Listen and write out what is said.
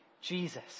Jesus